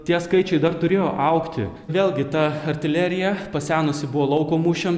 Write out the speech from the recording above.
tie skaičiai dar turėjo augti vėlgi ta artilerija pasenusi buvo lauko mūšiam